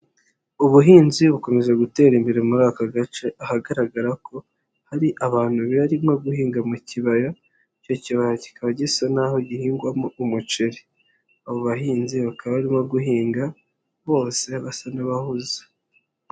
Ubuhinzi bukomeza gutera imbere muri aka gace, ahagaragara ko hari abantu bimo guhinga mu kibaya, icyo kibaya kikaba gisa n'aho gihingwamo umuceri, abo bahinzi bakaba barimo guhinga bose basa n'abahuze.